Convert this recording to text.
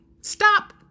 Stop